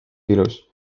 ilus